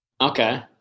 okay